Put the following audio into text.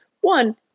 one